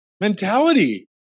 mentality